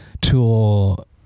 tool